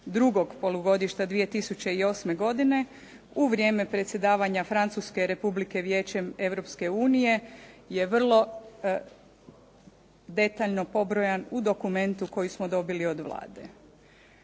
drugog polugodišta 2008. godine u vrijeme predsjedavanja Francuske Republike Vijeće Europske unije, je vrlo detaljno pobrojan u dokumentu koji smo dobili od Vlade.